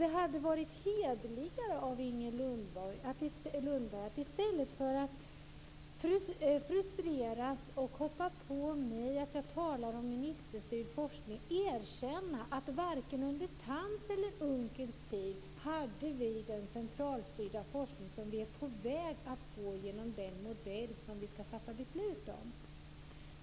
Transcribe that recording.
Det hade varit hederligare av Inger Lundberg att i stället för att frustreras och hoppa på mig och säga att jag talar om ministerstyrd forskning erkänna att vi varken under Thams eller Unckels tid hade den centralstyrda forskning som vi är på väg att få genom den modell som vi ska fatta beslut om.